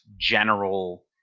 general